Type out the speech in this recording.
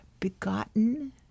begotten